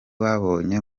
babonye